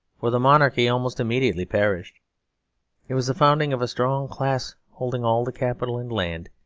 for the monarchy almost immediately perished it was the founding of a strong class holding all the capital and land,